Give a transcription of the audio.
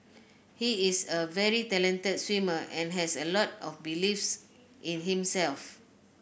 he is a very talented swimmer and has a lot of beliefs in himself